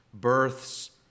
births